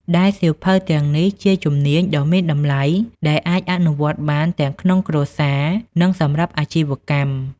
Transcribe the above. ដែលសៀវភៅទាំងនេះជាជំនាញដ៏មានតម្លៃដែលអាចអនុវត្តបានទាំងក្នុងគ្រួសារ និងសម្រាប់អាជីវកម្ម។